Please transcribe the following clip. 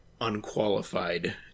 unqualified